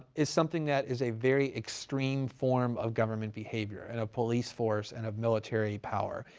is something that is a very extreme form of government behavior and of police force and of military power.